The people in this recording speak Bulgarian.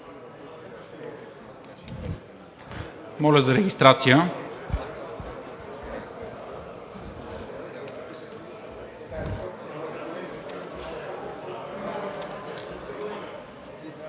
моля за регистрация.